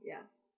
Yes